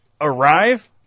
arrive